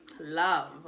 love